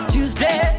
Tuesday